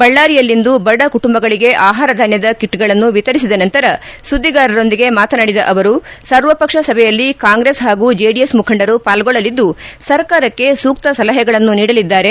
ಬಳ್ಣಾರಿಯಲ್ಲಿಂದು ಬಡ ಕುಟುಂಬಗಳಿಗೆ ಆಹಾರ ಧಾನ್ನದ ಕಿಟ್ಗಳನ್ನು ವಿತರಿಸಿದ ನಂತರ ಸುದ್ಗಿಗಾರರೊಂದಿಗೆ ಮಾತನಾಡಿದ ಅವರು ಸರ್ವಪಕ್ಷ ಸಭೆಯಲ್ಲಿ ಕಾಂಗ್ರೆಸ್ ಹಾಗೂ ಜೆಡಿಎಸ್ ಮುಖಂಡರು ಪಾಲ್ಗೊಳ್ಳಲಿದ್ದು ಸರ್ಕಾರಕ್ಷ ಸೂಕ್ತ ಸಲಹೆಗಳನ್ನು ನೀಡಲಿದ್ದಾರೆ